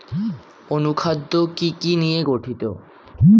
অনুখাদ্য কি কি নিয়ে গঠিত?